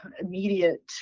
immediate